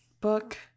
book